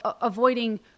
avoiding